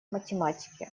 математике